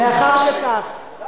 היה פה סוג, לך ישר לרמאללה.